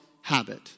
habit